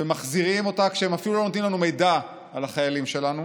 ומחזירים אותה כשהם אפילו לא נותנים לנו מידע על החיילים שלנו,